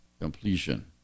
completion